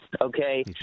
Okay